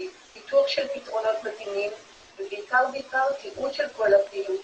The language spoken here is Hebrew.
פיתוח של פתרונות מתאימים ובעיקר בעיקר תיעוד של כל הפעילות